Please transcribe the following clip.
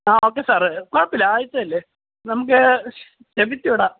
ആ ഓക്കെ സാറേ കുഴപ്പമില്ല ആദ്യത്തേതല്ലേ നമുക്ക് ക്ഷമിച്ചുവിടാം